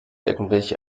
irgendwelche